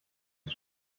die